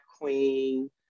Queen